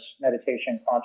meditation